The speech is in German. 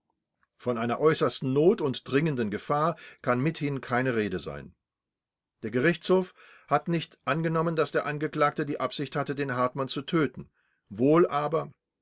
von einer äußersten not und dringenden gefahr kann mithin keine rede sein der gerichtshof hat nicht angenommen daß der angeklagte die absicht hatte den hartmann zu töten wohl aber